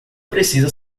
precisa